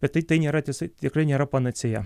bet tai tai nėra tiesa tikrai nėra panacėja